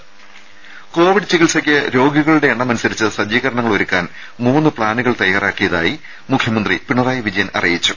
രുര കോവിഡ് ചികിത്സയ്ക്ക് രോഗികളുടെ എണ്ണമനുസരിച്ച് സജ്ജീകരണങ്ങളൊരുക്കാൻ മൂന്ന് പ്ലാനുകൾ തയ്യാറാക്കിയതായി മുഖ്യമന്ത്രി പിണറായി വിജയൻ അറിയിച്ചു